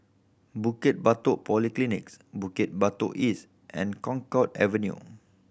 Bukit Batok Polyclinics Bukit Batok East and Connaught Avenue